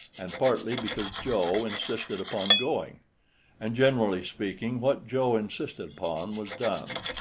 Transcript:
and partly because joe insisted upon going and, generally speaking, what joe insisted upon was done.